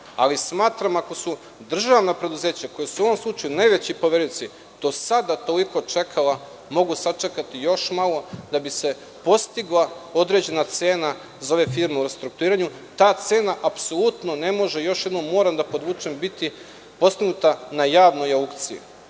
ali smatram ako su državna preduzeća koja su u ovom slučaju najveći poverioci do sada toliko čekala, mogu sačekati još malo da bi se postigla određena cena za ove firme u restrukturiranju. Ta cena apsolutno ne može, još jednom moram da podvučem, biti postignuta na javnoj aukciji.